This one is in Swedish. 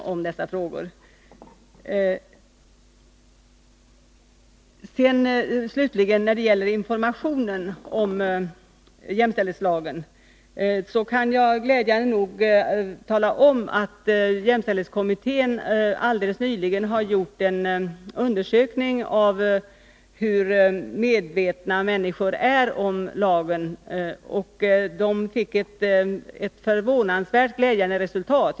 När det slutligen gäller informationen om jämställdhetslagen kan jag glädjande nog tala om att jämställdhetsombudsmannen alldeles nyligen har gjort en undersökning av hur medvetna människor är om lagen och att denna gav ett förvånansvärt positivt resultat.